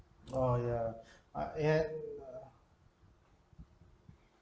oh yeah ah